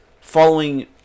following